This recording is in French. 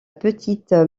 petite